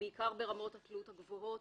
בעיקר ברמות התלות הגבוהות,